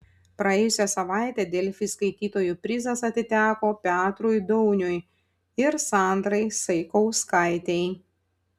praėjusią savaitę delfi skaitytojų prizas atiteko petrui dauniui ir sandrai saikauskaitei